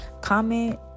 comment